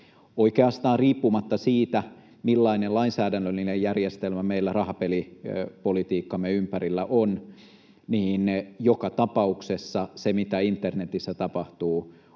Oikeastaan riippumatta siitä, millainen lainsäädännöllinen järjestelmä meillä rahapelipolitiikkamme ympärillä on, joka tapauksessa se, mitä internetissä tapahtuu,